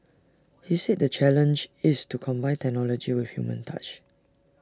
he said the challenge is to combine technology with human touch